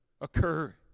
occur